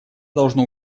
должно